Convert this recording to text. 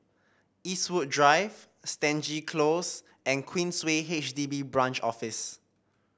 Eastwood Drive Stangee Close and Queensway H D B Branch Office